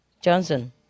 Johnson